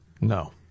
no